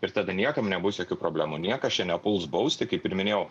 ir tada niekam nebus jokių problemų niekas čia nepuls bausti kaip ir minėjau